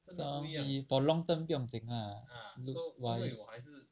some pee~ for long term 不用紧 lah looks wise